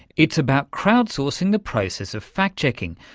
it's about crowd-sourcing the process of fact-checking,